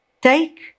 Take